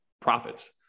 profits